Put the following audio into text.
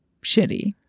shitty